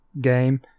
game